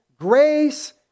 grace